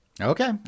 Okay